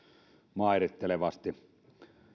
mairittelevasti